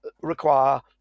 require